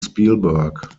spielberg